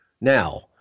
now